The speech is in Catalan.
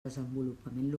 desenvolupament